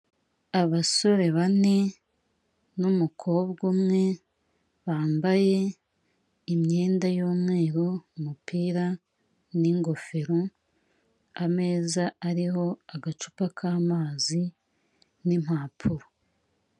Abasore bane n'umukobwa umwe, bambaye imyenda y'umweru, umupira n'ingofero, ameza ariho agacupa k'amazi n'impapuro.